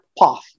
path